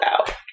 out